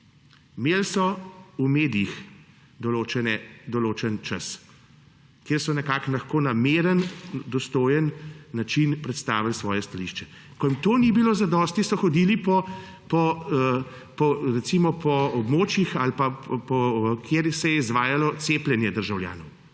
Imeli so v medijih določen čas, kjer so nekako lahko na miren, dostojen način predstavili svoje stališče. Ko jim to ni bilo dovolj, so hodili recimo po območjih, kjer se je izvajalo cepljenje državljanov,